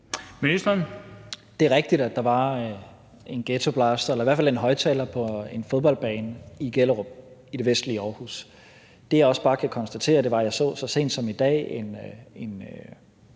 Det er rigtigt, at der var en ghettoblaster eller i hvert fald en højtaler på en fodboldbane i Gellerup i det vestlige Aarhus. Det, jeg også bare kan konstatere, er, at jeg så sent som i dag så